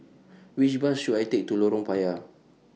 Which Bus should I Take to Lorong Payah